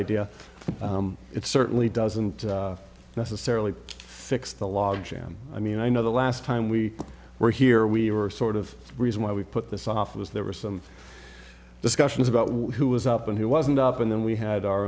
idea but it certainly doesn't necessarily fix the logjam i mean i know the last time we were here we were sort of reason why we put this off was there were some discussions about what who was up and who wasn't up and then we had our